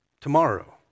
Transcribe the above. tomorrow